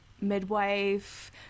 midwife